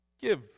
give